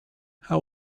how